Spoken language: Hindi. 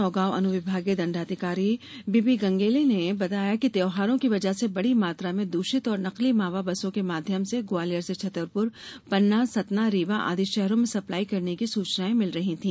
नौगांव अनुविभागीय दंडाधिकारी बीबी गंगेले ने बताया कि त्योहारों की वजह से बड़ी मात्रा में दूषित और नकली मावा बसों के माध्यम से ग्वालियर से छतरपुर पन्ना सतना रीवा आदि शहरों में सप्लाई करने की सूचनाएं मिल रही थी